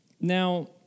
Now